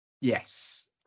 yes